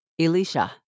Elisha